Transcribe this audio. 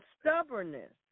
stubbornness